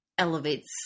Elevates